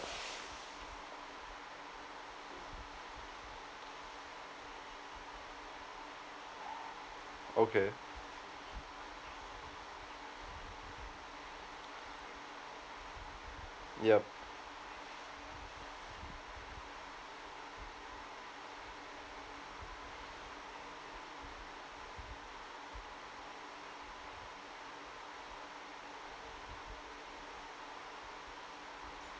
okay yup